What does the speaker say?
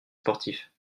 sportifs